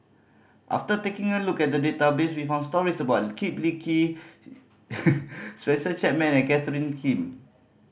after taking a look at database we found stories about Kip Lee Kee Spencer Chapman and Catherine Kim